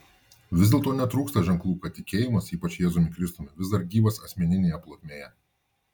vis dėlto netrūksta ženklų kad tikėjimas ypač jėzumi kristumi vis dar gyvas asmeninėje plotmėje